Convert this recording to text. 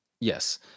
Yes